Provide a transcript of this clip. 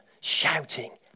shouting